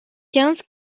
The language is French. quinze